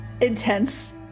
intense